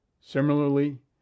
Similarly